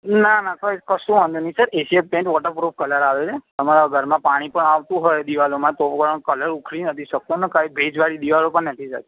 ના ના કંઈ કશો વાંધો નહીં sir Asian paint waterproof colour આવે છે તમારાં ઘરમાં પાણી પણ આવતું હોય દીવાલોમાં તો પણ કલર ઉખડી નથી શકતો અને કઈ ભેજવાળી દીવાલો પણ નથી થતી